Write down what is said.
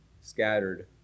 scattered